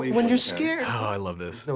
when you're scared oh, i love this.